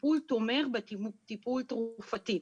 טיפול תומך בטיפול התרופתי.